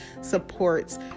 supports